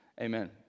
Amen